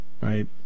right